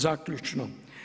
Zaključno.